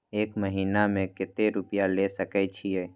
एक महीना में केते रूपया ले सके छिए?